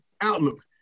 outlook